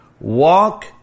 walk